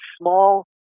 small